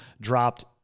dropped